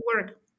work